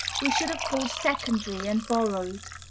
we should have called secondary and borrowed.